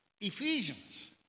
Ephesians